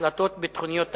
בהחלטות ביטחוניות ותקציביות.